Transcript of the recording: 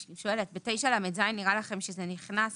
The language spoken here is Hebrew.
בסעיף 9לז נראה לכם שזה נכנס